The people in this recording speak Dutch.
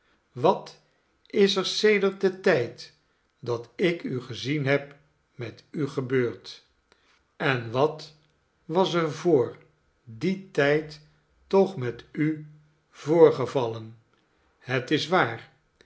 wat is er sedert den tijd dat ik u gezien heb met u gebeurd en wat was er voor dien tijd toch met u voorgevallen het is waar